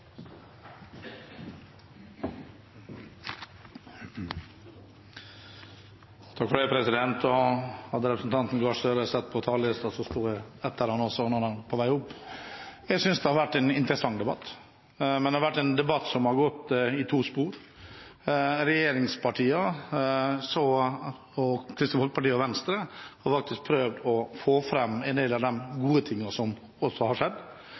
Takk for debatten – og jeg ser fram til et spennende år! Hadde representanten Gahr Støre sett på talerlisten, ville han sett at jeg sto etter ham også da han var på vei opp! Jeg synes det har vært en interessant debatt, men det har vært en debatt som har gått i to spor: Regjeringspartiene – og Kristelig Folkeparti og Venstre – har valgt å prøve å få fram en del av de gode tingene som også har